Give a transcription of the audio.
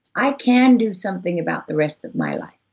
i can do something about the rest of my life.